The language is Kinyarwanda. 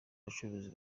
bacuruzi